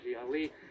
Ali